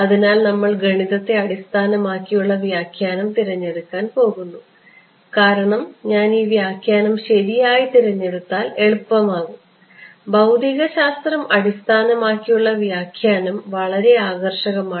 അതിനാൽ നമ്മൾ ഗണിതത്തെ അടിസ്ഥാനമാക്കിയുള്ള വ്യാഖ്യാനം തിരഞ്ഞെടുക്കാൻ പോകുന്നു കാരണം ഞാൻ ഈ വ്യാഖ്യാനം ശരിയായി തിരഞ്ഞെടുത്താൽ എളുപ്പമാകും ഭൌതികശാസ്ത്രം അടിസ്ഥാനമാക്കിയുള്ള വ്യാഖ്യാനം വളരെ ആകർഷകമാണ്